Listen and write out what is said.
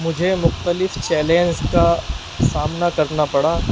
مجھے مختلف چیلنج کا سامنا کرنا پڑا